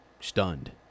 stunned